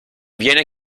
viene